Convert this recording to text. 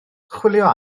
chwilio